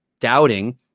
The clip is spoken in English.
doubting